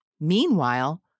Meanwhile